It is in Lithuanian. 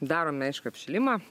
darome aišku apšilimą